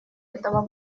этого